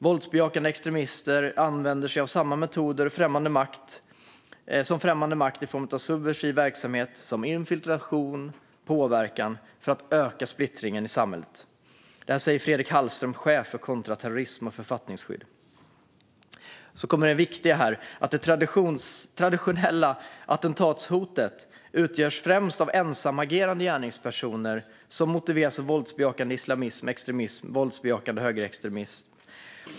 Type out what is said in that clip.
Våldsbejakande extremister använder sig av samma metoder som främmande makt i form av subversiv verksamhet som infiltration och påverkan för att öka splittringen i samhället. Det säger Fredrik Hallström, chef för kontraterrorism och författningsskydd. Det viktiga är att det traditionella attentatshotet främst utgörs av ensamagerande gärningspersoner som motiveras av våldbejakande islamism, extremism och våldsbejakande högerextremism.